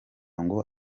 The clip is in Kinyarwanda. ngo